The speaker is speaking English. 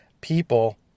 people